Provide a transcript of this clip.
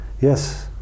Yes